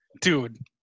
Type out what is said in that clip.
Dude